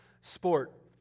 sport